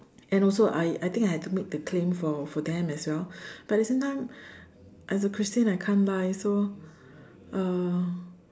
and also I I think I have to make the claim for for them as well but at the same time as a Christian I can't lie so uh